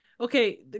okay